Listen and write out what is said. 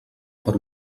per